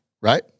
right